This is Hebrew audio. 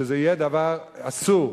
שזה יהיה דבר אסור.